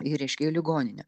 į reiškia į ligoninę